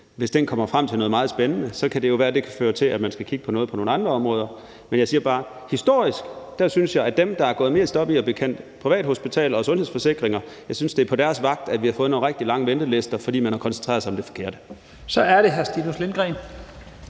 Hvis den kommer frem til noget meget spændende, kan det jo være, at det kan føre til, at man skal kigge på noget på nogle andre områder. Men jeg siger bare: Jeg synes, at det historisk set har været på de regeringers vagt, som er gået mest op i at bekæmpe privathospitaler og sundhedsforsikringer, at vi har fået nogle rigtig lange ventelister, og det er, fordi man har koncentreret sig om det forkerte. Kl. 11:53 Første næstformand